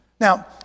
Now